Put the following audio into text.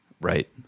Right